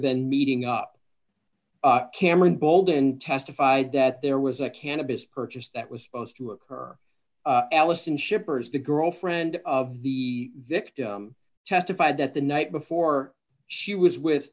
than meeting up cameron bolden testified that there was a cannabis purchase that was supposed to occur allison schippers the girlfriend of the victim testified that the night before she was with